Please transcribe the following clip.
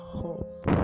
hope